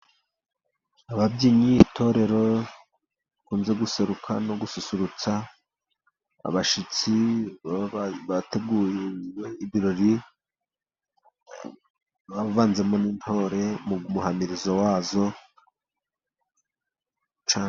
Ababyinnyi b'itorero bakunze guseruka no gususurutsa abashyitsi, bateguye ibirori bavanzemo n'intore mu muhamirizo wazo cyane.